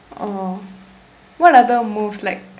oh what are the moves like